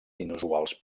inusuals